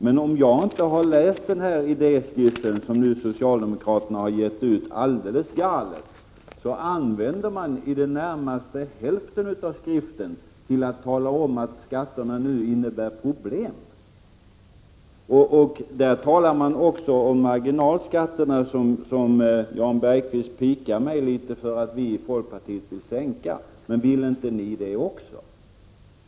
Men om jag inte har läst den idéskrift som socialdemokraterna har gett ut alldeles galet, använder man i det närmaste hälften av skriften till att tala om att skatterna nu innebär problem. Man talar också om marginalskatterna, som Jan Bergqvist pikar mig litet för att vi i folkpartiet vill sänka. Men vill inte ni det också?